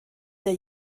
der